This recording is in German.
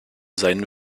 seinen